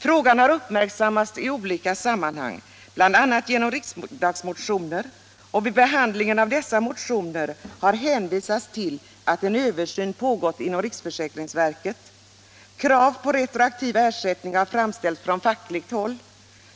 Frågan har uppmärksammats i olika sammanhang, bl.a. i riksdagsmotioner, och vid behandlingen av dessa motioner har hänvisats till att en översyn pågått inom riksförsäkringsverket. Krav på retroaktiv ersättning har framställts från fackligt håll.